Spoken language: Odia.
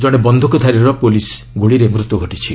ଜଣେ ବନ୍ଧୁକଧାରୀର ପୁଲିସ୍ ଗୁଳିରେ ମୃତ୍ୟୁ ଘଟିଛି